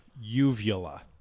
Uvula